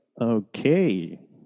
Okay